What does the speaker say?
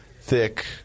thick